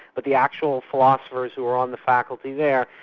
but the actual philosophers who are on the faculty there,